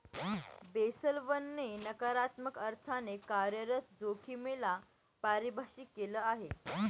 Basel one ने नकारात्मक अर्थाने कार्यरत जोखिमे ला परिभाषित केलं आहे